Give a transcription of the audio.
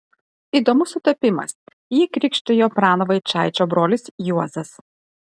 įdomus sutapimas jį krikštijo prano vaičaičio brolis juozas